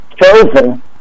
chosen